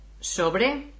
Sobre